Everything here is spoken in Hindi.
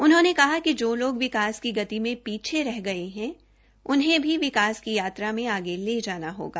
उन्होंने कहा कि जो लोग विकास की गति में पीछे रह गए हैं उन्हें भी विकास की यात्रा में आगे ले जाना होगा